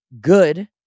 good